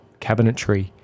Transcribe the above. cabinetry